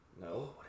No